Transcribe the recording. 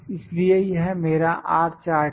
इसलिए यह मेरा R चार्ट है